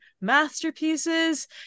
masterpieces